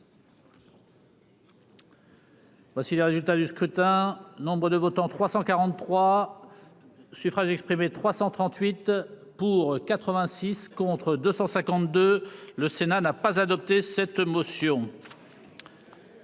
Voici les résultats du scrutin. Nombre de votants, 343. Suffrages exprimés, 338 pour 86 contre 252, le Sénat n'a pas adopté cette motion.